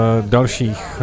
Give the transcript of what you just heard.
dalších